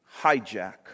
hijack